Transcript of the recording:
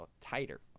tighter